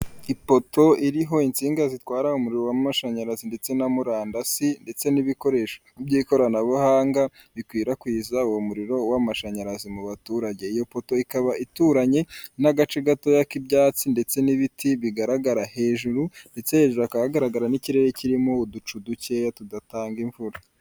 Ipoto iriho insinga zitwara umuriro w'amashanyarazi ndetse na murandasi ndetse n'ibikoresho by'ikoranabuhanga bikwirakwiza uwo muriro w'amashanyarazi mu baturage iyo poto ikaba ituranye n'agace gatoya k'ibyatsi ndetse n'ibiti bigaragara hejuru ndetse hejuruka hakaba hagaragara n'ikirere kirimo uducu dukeya tudatanga imvura.